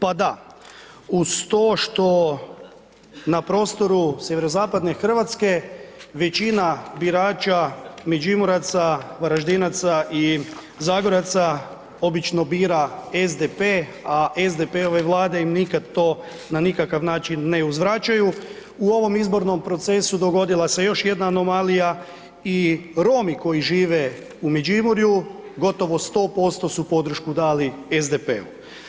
Pa da, uz to što na prostoru sjeverozapadne Hrvatske većina birača Međimuraca, Varaždinaca i Zagoraca obično bira SDP, a SDP-ove vlade im nikad to na nikakav način ne uzvraćaju u ovom izbornom procesu dogodila se još jedna anomalija i Romi koji žive u Međimurju gotovo 100% su podršku dali SDP-u.